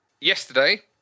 Yesterday